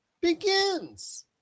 begins